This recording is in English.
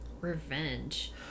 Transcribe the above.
revenge